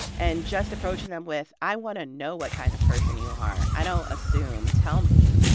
and just approaching them with i want to know what kind of person you are, i don't assume, tell me,